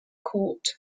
court